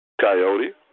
Coyote